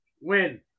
Win